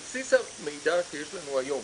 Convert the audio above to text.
על בסיס המידע שיש לנו היום